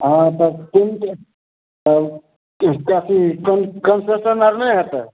अहाँ सब तीन गोटा छी तब एकटा चीजके कन्सेशन आर नहि होयतैक